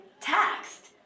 taxed